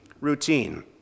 routine